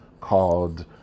called